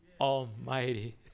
Almighty